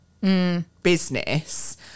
business